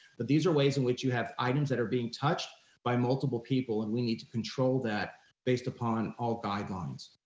but these are ways in which you have items that are being touched by multiple people and we need to control that based upon all guidelines.